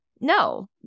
no